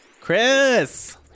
Chris